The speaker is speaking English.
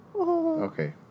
Okay